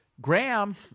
Graham